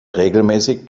regelmäßig